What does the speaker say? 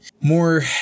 more